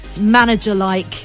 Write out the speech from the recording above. manager-like